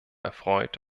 erfreut